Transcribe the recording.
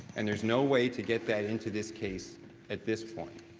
and there's no way to get that into this case at this point.